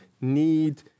need